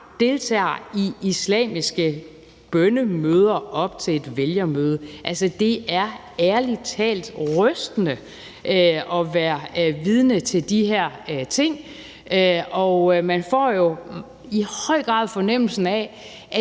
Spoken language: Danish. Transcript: deltager i islamiske bønnemøder op til et vælgermøde. Det er ærlig talt rystende at være vidne til de her ting, og man får jo i høj grad fornemmelsen af,